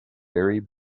barry